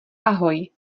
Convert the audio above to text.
ahoj